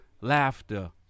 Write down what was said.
laughter